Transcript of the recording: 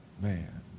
man